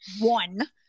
one